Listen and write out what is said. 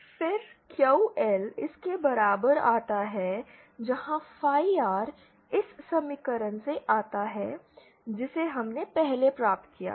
फिर QL इस के बराबर आता है जहाँ phi R इस समीकरण से आता है जिसे हमने पहले प्राप्त किया था